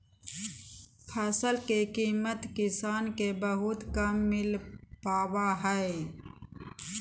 फसल के कीमत किसान के बहुत कम मिल पावा हइ